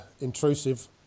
intrusive